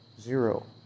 Zero